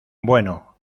bueno